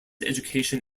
education